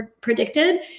predicted